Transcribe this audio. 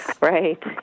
right